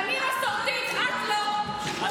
חברת הכנסת גלית, בבקשה.